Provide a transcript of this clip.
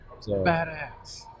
badass